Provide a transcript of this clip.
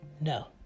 No